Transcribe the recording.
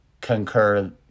concur